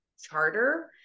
charter